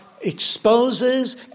exposes